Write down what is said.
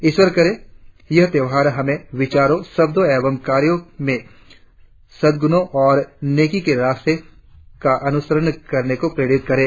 ईश्वर करे यह त्यौहार हमें विचारो शब्दों एवं कार्यो में सद्गुणो और नेकी के रास्ते का अनुसरण करने को प्रेरित करे